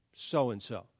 so-and-so